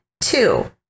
Two